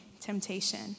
temptation